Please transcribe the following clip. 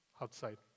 outside